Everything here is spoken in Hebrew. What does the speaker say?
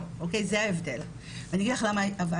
כמובן לכל מי שמוצא בחברה